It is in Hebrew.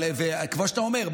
כמו שאתה אומר,